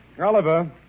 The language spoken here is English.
Oliver